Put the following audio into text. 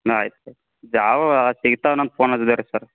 ಆಯ್ತು sir job ಸಿಗ್ತಾವೇನೋ ಅಂತ ಫೋನ್ ಹಚ್ಚಿದೇವ್ರಿ ಸರ್